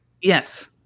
Yes